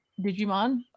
digimon